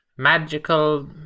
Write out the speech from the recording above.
magical